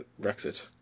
Brexit